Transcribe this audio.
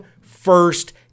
first